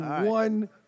one